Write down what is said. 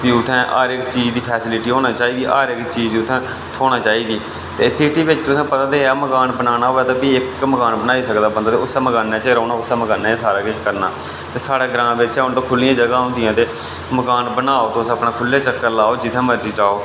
भी उत्थै हर इक चीज दी फैसिलिटी होनी चाहिदी हर इक चीज उत्थै थ्होना चाहिदी ते सिटी बिच तुसें ई पता ते है मकान बनाना होऐ ते भी इक मकान बनाई सकदा मतलब उस्सै मकानै च गै रौह्ना उस्सै मकानै च गै सारा किश करना ते साढ़े ग्रां बिच होन ते खुह्ल्लियां जगह्ं होंदियां ते मकान बनाओ तुस अपने खुह्ल्ले चक्कर लाओ जित्थै मर्जी जाओ